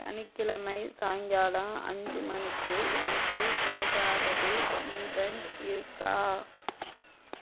சனிக்கிழமை சாய்ங்காலம் அஞ்சு மணிக்கு எனக்கு ஏதாவது ஈவென்ட் இருக்கா